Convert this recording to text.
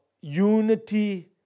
unity